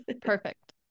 Perfect